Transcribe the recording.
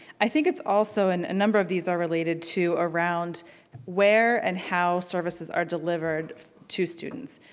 i think it's also, and a number of these are related to around where and how services are delivered to students.